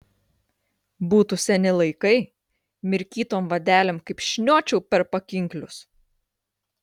būtų seni laikai mirkytom vadelėm kaip šniočiau per pakinklius